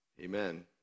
Amen